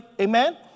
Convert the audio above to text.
Amen